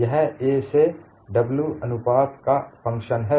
यह a से w अनुपात का फंक्शन है